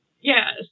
Yes